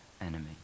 enemy